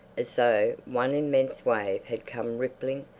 as though one immense wave had come rippling,